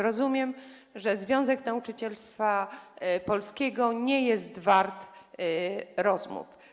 Rozumiem, że Związek Nauczycielstwa Polskiego nie jest wart rozmów.